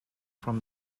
from